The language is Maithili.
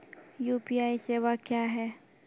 यु.पी.आई सेवा क्या हैं?